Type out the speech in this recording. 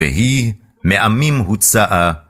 והיא מעמים הוצאה.